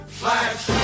flash